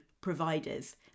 providers